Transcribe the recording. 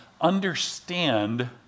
understand